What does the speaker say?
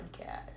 podcast